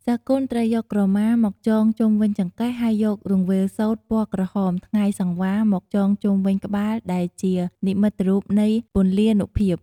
សិស្សគុនត្រូវយកក្រមាមកចងជុំវិញចង្កេះ ហើយយករង្វេលសូត្រពណ៌ក្រហម«ថ្ងៃសង្វារ»មកចងជុំវិញក្បាលដែលជានិមិត្តរូបនៃពលានុភាព។